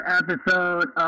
Episode